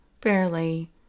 fairly